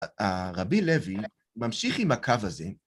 רבי לוי ממשיך עם הקו הזה.